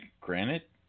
granite